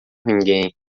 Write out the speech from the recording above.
ninguém